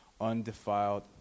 undefiled